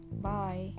Bye